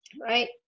Right